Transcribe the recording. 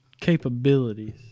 capabilities